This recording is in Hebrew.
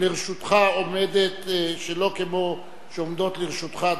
לרשותך עומדות רק שלוש דקות,